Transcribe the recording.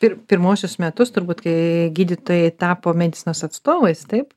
ir pirmuosius metus turbūt kai gydytojai tapo medicinos atstovais taip